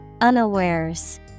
Unawares